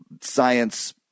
science